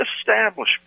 establishment